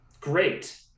Great